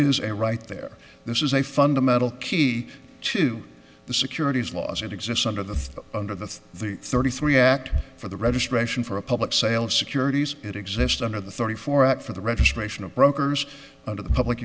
is a right there this is a fundamental key to the securities law as it exists under the under the the thirty three act for the registration for a public sale of securities it exists under the thirty four act for the registration of brokers out of the public